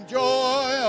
joy